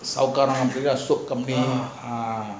ah